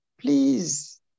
please